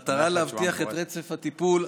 5. במטרה להבטיח את רצף הטיפול,